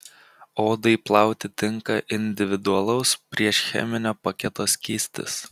odai plauti tinka individualaus priešcheminio paketo skystis